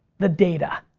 the data,